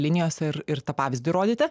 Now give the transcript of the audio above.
linijose ir ir tą pavyzdį rodyti